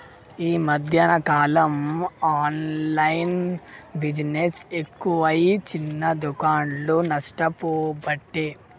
ఈ మధ్యన కాలంలో ఆన్లైన్ బిజినెస్ ఎక్కువై చిన్న దుకాండ్లు నష్టపోబట్టే